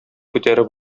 күтәреп